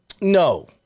No